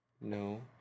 No